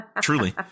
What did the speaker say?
Truly